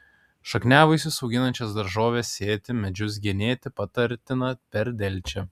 šakniavaisius auginančias daržoves sėti medžius genėti patartina per delčią